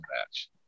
match